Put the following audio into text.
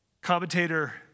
Commentator